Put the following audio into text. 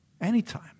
anytime